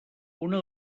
una